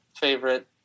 favorite